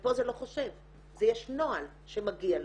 ופה זה לא חושב, יש נוהל שמגיע לו,